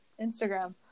instagram